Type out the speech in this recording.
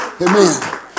Amen